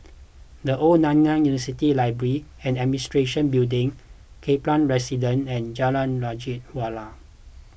the Old Nanyang University Library and Administration Building Kaplan Residence and Jalan Raja Wali